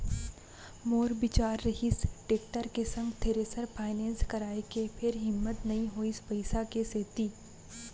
मोर बिचार रिहिस टेक्टर के संग थेरेसर फायनेंस कराय के फेर हिम्मत नइ होइस पइसा के सेती